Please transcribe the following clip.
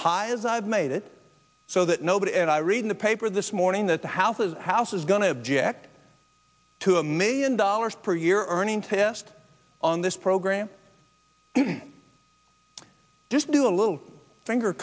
high as i've made it so that nobody and i read in the paper this morning that the house is house is going to object to a million dollars per year or any test on this program just do a little finger